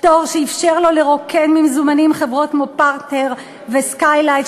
פטור שאפשר לו לרוקן ממזומנים חברות כמו "פרטנר" ו"סקיילקס",